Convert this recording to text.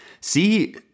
See